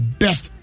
best